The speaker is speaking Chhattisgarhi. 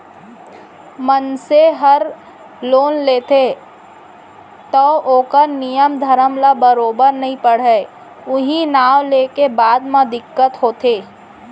मनसे हर लोन लेथे तौ ओकर नियम धरम ल बरोबर नइ पढ़य उहीं नांव लेके बाद म दिक्कत होथे